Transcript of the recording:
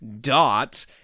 dot